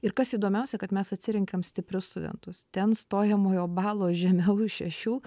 ir kas įdomiausia kad mes atsirenkam stiprius studentus ten stojamojo balo žemiau už šešių